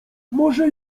może